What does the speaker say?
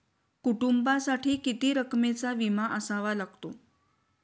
कुटुंबासाठी किती रकमेचा विमा असावा लागतो?